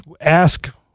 ask